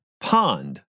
Pond